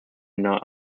not